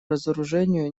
разоружению